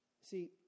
See